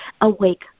awake